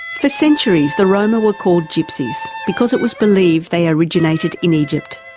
for centuries the roma were called gypsies because it was believed they originated in egypt.